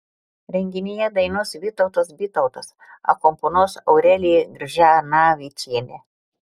renginyje dainuos vytautas bytautas akompanuos aurelija kržanavičienė